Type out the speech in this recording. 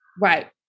right